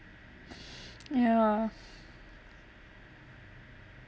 yeah